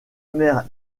mère